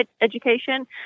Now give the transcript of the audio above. education